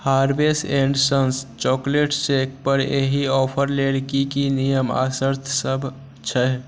Harvey's and Sons chocolate शेकपर एहि offer लेल कि कि नियम आओर शर्तसब छै